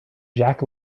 jack